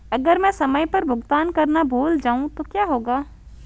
अगर मैं समय पर भुगतान करना भूल जाऊं तो क्या होगा?